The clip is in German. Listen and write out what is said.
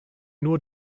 nur